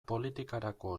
politikarako